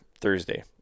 Thursday